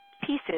pieces